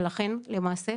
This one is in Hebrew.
ולכן למעשה,